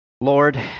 Lord